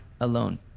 alone